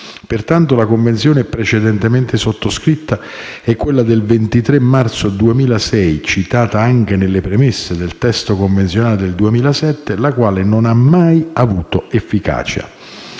Pertanto, la convenzione precedentemente sottoscritta è quella del 23 marzo 2006, citata anche nelle premesse del testo convenzionale del 2007, la quale non ha mai avuto efficacia.